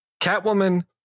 Catwoman